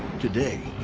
today,